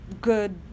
good